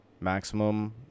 Maximum